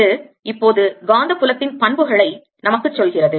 இது இப்போது காந்தப் புலத்தின் பண்புகளை நமக்குச் சொல்கிறது